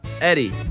Eddie